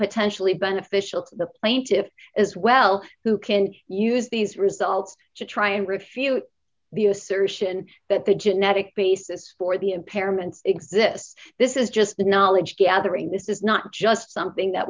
potentially beneficial to the plaintiffs as well who can use these results to try and refute the assertion that the genetic basis for the impairments exists this is just the knowledge gathering this is not just something that